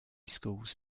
schools